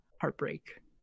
heartbreak